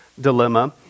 dilemma